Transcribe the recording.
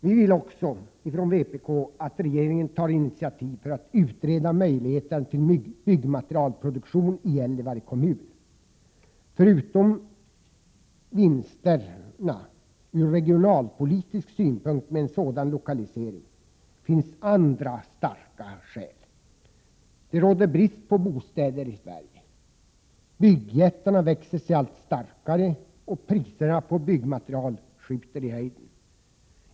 Vi vill också att regeringen tar initiativ för att utreda möjligheterna till byggmaterialproduktion i Gällivare kommun. Förutom vinsterna ur regionalpolitisk synpunkt med en sådan lokalisering finns andra starka skäl. Det råder brist på bostäder i Sverige. Byggjättarna växer sig allt starkare och priserna på byggmaterial skjuter i höjden.